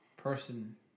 person